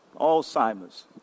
Alzheimer's